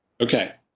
Okay